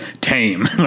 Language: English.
tame